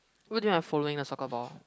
what do you have following a soccer ball